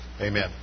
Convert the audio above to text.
Amen